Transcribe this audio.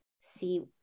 see